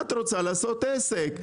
את רוצה לעשות עסק,